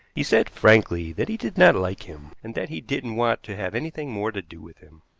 he said frankly that he did not like him, and that he didn't want to have anything more to do with him.